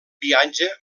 viatge